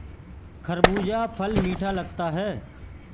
खरबूजा फल मीठा लगता है